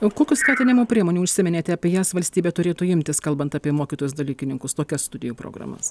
o kokių skatinimo priemonių užsiminėte apie jas valstybė turėtų imtis kalbant apie mokytojus dalykininkus tokias studijų programas